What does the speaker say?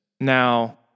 Now